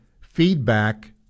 feedback